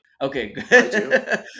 Okay